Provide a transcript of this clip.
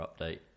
update